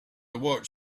watched